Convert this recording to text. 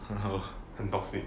(uh huh) 很 toxic